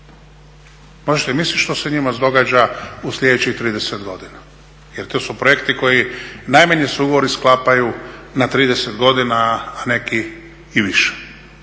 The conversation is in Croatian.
Možete misliti što se njima događa u sljedećih 30 godina jer to su projekti koji najmanje se ugovori sklapaju na 30 godina a neki i više.